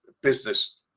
business